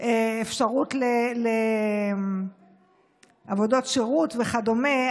אפשרות לעבודות שירות וכדומה.